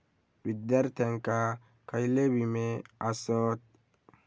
विद्यार्थ्यांका खयले विमे आसत?